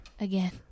again